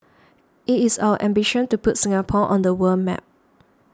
it is our ambition to put Singapore on the world map